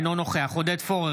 אינו נוכח עודד פורר,